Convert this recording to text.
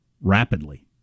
rapidly